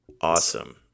Awesome